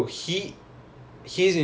okay but he is in new zealand